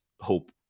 hope